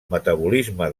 metabolisme